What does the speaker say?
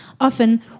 often